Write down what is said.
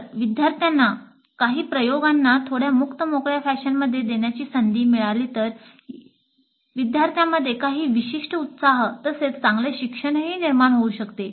तर विद्यार्थ्यांना काही प्रयोगांना थोड्या मुक्त मोकळ्या फॅशनमध्ये घेण्याची संधी मिळाली तर यामुळे विद्यार्थ्यांमध्ये काही विशिष्ट उत्साह तसेच चांगले शिक्षणही निर्माण होऊ शकते